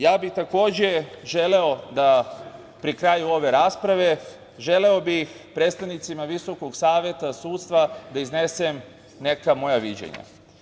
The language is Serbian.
Ja bih takođe želeo da pri kaju ove rasprave, želeo bih predstavnicima VSS da iznesem neka moja viđenja.